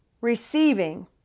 receiving